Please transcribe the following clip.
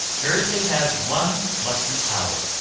thursday has one lucky hour,